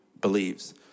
believes